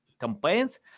campaigns